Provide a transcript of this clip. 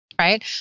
right